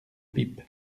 pipe